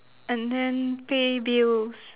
and then pay bills